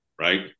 right